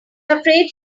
afraid